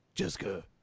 Jessica